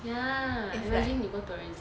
ya imagine 你们 tourism